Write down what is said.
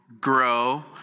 grow